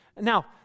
Now